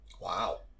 Wow